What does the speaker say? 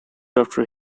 after